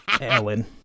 Ellen